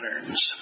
patterns